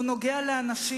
הוא נוגע לאנשים,